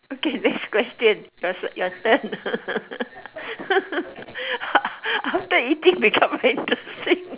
okay next question yours your turn after eating become interesting